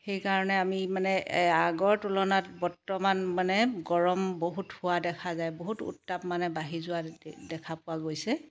সেইকাৰণে আমি মানে আগৰ তুলনাত বৰ্তমান মানে গৰম বহুত হোৱা দেখা যায় বহুত উতাপ মানে বাঢ়ি যোৱা দেখা পোৱা গৈছে